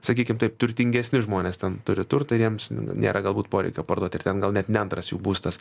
sakykim taip turtingesni žmonės ten turi turtą ir jiems nėra galbūt poreikio parduoti ir ten gal net ne antras jų būstas